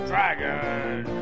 dragon